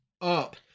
up